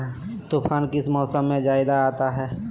तूफ़ान किस मौसम में ज्यादा आता है?